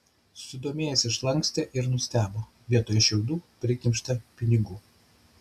susidomėjęs išlankstė ir nustebo vietoj šiaudų prikimšta pinigų